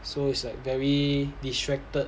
so it's like very distracted